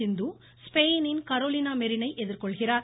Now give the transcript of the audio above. சிந்து ஸ்பெயினின் கரோலினா மெரினை எதிர்கொள்கிறார்